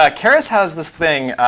ah keras has this thing.